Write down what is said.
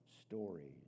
stories